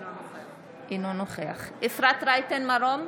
אינו נוכח אפרת רייטן מרום,